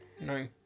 no